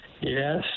Yes